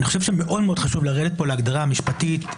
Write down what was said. אני חושב שמאוד חשוב לרדת פה להגדרה המשפטית.